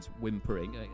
whimpering